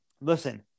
Listen